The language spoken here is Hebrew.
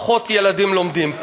פחות ילדים לומדים,